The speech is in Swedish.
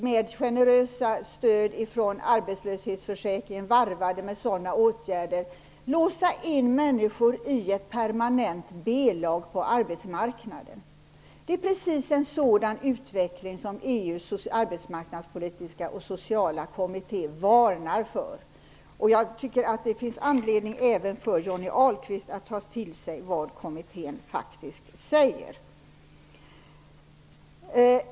Med generösa stöd ifrån arbetslöshetsförsäkringen varvade med sådana åtgärder vill man låsa in människor i ett permanent B-lag på arbetsmarknaden. Det är precis en sådan utveckling som EU:s arbetsmarknadspolitiska och sociala kommitté varnar för. Jag tycker att det finns anledning även för Johnny Ahlqvist att ta till sig vad kommittén faktiskt säger.